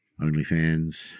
OnlyFans